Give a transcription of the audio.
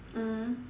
mm